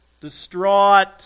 distraught